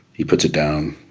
he puts it down,